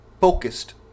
focused